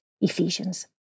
Ephesians